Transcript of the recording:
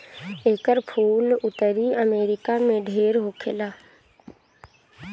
एकर फूल उत्तरी अमेरिका में ढेर होखेला